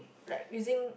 like using